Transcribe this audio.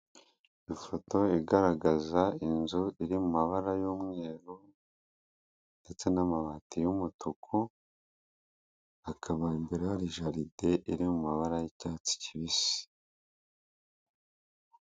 Ifoto igaragaza inzu iri mu mabara y'umweru ndetse n'amabati y'umutuku hakababa imbere hari jaride iri mu mabara y'icyatsi kibisi.